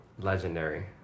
legendary